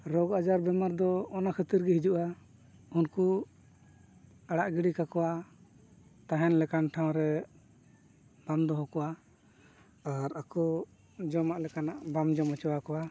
ᱨᱳᱜᱽ ᱟᱡᱟᱨ ᱵᱮᱢᱟᱨ ᱫᱚ ᱚᱱᱟ ᱠᱷᱟᱹᱛᱤᱨ ᱜᱮ ᱦᱤᱡᱩᱜᱼᱟ ᱩᱱᱠᱩ ᱟᱲᱟᱜ ᱜᱤᱰᱤ ᱠᱟᱠᱚᱣᱟ ᱛᱟᱦᱮᱱ ᱞᱮᱠᱟᱱ ᱴᱷᱟᱶ ᱨᱮ ᱵᱟᱢ ᱫᱚᱦᱚ ᱠᱚᱣᱟ ᱟᱨ ᱟᱠᱚ ᱡᱚᱢᱟᱜ ᱞᱮᱠᱟᱱᱟᱜ ᱵᱟᱢ ᱡᱚᱢ ᱦᱚᱪᱚᱣᱟᱠᱚᱣᱟ